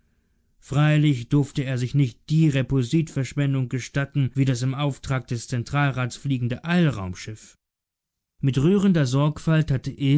freilich durfte er sich nicht die repulsitverschwendung gestatten wie das im auftrag des zentralrats fliegende eilraumschiff mit rührender sorgfalt hatte